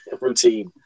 routine